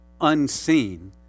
unseen